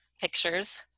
pictures